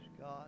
God